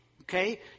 Okay